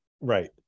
Right